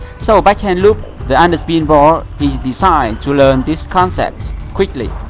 so backhand loop the underspin ball is designed to learn this concept quickly.